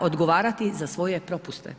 odgovarati za svoje propuste.